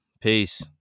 Peace